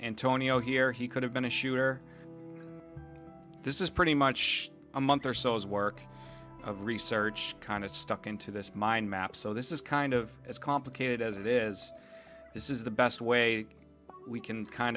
antonio here he could have been a shooter this is pretty much a month or so is work of research kind of stuck into this mind map so this is kind of as complicated as it is this is the best way we can kind